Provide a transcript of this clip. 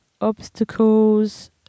Obstacles